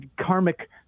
karmic